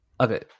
okay